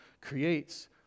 creates